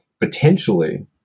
potentially